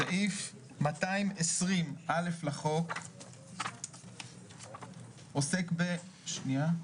סעיף 220א לחוק עוסק בנכים.